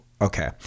Okay